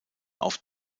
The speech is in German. auf